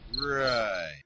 Right